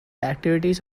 activities